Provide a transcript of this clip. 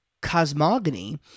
cosmogony